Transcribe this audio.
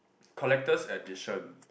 collectors edition